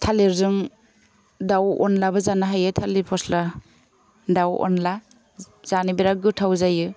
थालिरजों दाउ अनलाबो जानो हायो थालिर फस्ला दाउ अनला जानो बिरात गोथाव जायो